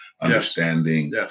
understanding